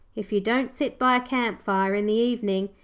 if you don't sit by a camp fire in the evening,